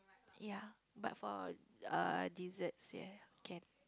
ya but for err dessert ya ya can